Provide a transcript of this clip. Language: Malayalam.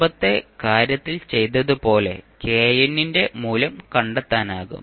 മുമ്പത്തെ കാര്യത്തിൽ ചെയ്തതുപോലെ ന്റെ മൂല്യം കണ്ടെത്താനാകും